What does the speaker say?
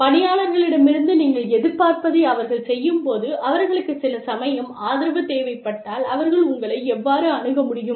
பணியாளர்களிடமிருந்து நீங்கள் எதிர்பார்ப்பதை அவர்கள் செய்யும்போது அவர்களுக்கு சில சமயம் ஆதரவு தேவைப்பட்டால் அவர்கள் உங்களை எவ்வாறு அணுக முடியும்